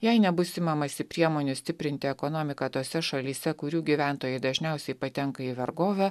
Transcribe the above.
jei nebus imamasi priemonių stiprinti ekonomiką tose šalyse kurių gyventojai dažniausiai patenka į vergovę